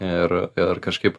ir ir kažkaip